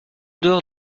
dehors